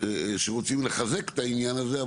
שרוצים לחזק את העניין הזה,